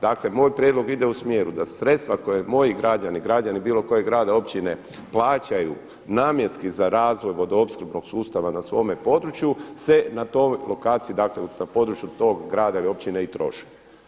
Dakle moj prijedlog ide u smjeru da sredstva koja moji građani, građani bilo kojeg grada, općine plaćaju namjenski za razvoj vodoopskrbnog sustava na svome području se na toj lokaciji, dakle na području tog grada ili općine i troši.